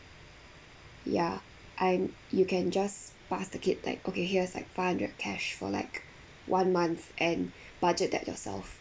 yeah I you can just pass the kid like okay here's like five hundred cash for like one month and budget that yourself